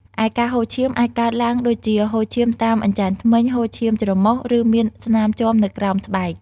ឯការហូរឈាម អាចកើតឡើងដូចជា ហូរឈាមតាមអញ្ចាញធ្មេញ ហូរឈាមច្រមុះ ឬមានស្នាមជាំនៅក្រោមស្បែក។